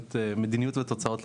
מדיניות ותוצאות,